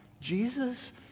Jesus